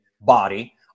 body